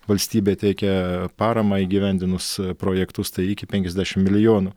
valstybė teikia paramą įgyvendinus projektus tai iki penkiasdešim milijonų